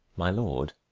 my lord,